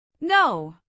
no